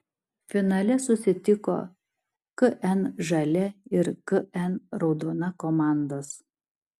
finale susitiko kn žalia ir kn raudona komandos